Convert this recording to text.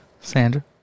Sandra